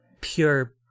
pure